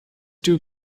dew